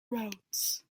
routes